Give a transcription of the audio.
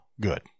good